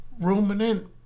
ruminant